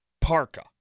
Parka